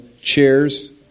chairs